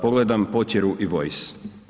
Pogledam Potjeru i Voice.